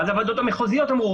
אז הוועדות המחוזיות אמרו,